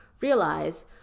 realize